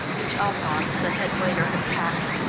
which alphonse, the head waiter, had packed.